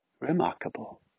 Remarkable